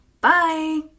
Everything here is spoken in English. Bye